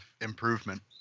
improvement